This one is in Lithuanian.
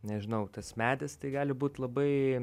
nežinau tas medis tai gali būt labai